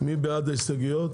מי בעד ההסתייגויות?